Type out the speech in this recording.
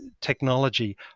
technology